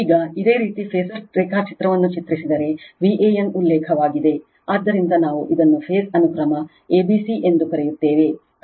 ಈಗ ಇದೇ ರೀತಿ ಫಾಸರ್ ರೇಖಾಚಿತ್ರವನ್ನು ಚಿತ್ರಿಸಿದರೆ Van ಉಲ್ಲೇಖವಾಗಿದೆ ಆದ್ದರಿಂದ ನಾವು ಇದನ್ನು ಫೇಸ್ ಅನುಕ್ರಮ a b c ಎಂದು ಕರೆಯುತ್ತೇವೆ